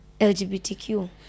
LGBTQ